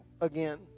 again